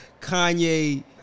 Kanye